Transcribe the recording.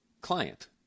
client